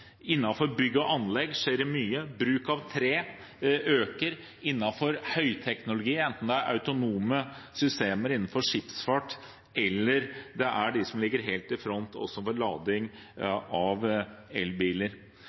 bygg og anlegg skjer det mye. Bruken av tre øker. Det skjer mye innenfor høyteknologi, enten det er autonome systemer innenfor skipsfart, eller det er de som ligger helt i front med lading av elbiler.